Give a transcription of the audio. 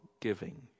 giving